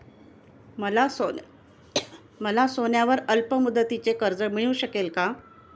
मला सोन्यावर अल्पमुदतीचे कर्ज मिळू शकेल का?